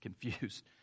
confused